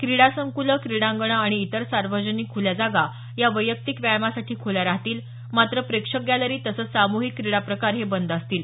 क्रिडासंकुलं क्रिडांगणं आणि इतर सार्वजनिक खुल्या जागा या वैयक्तीक व्यायामासाठी खुल्या राहतील मात्र प्रेक्षक गॅलरी तसेच सामूहिक क्रिडा प्रकार हे बंद असतील